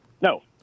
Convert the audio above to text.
No